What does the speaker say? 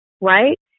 right